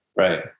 Right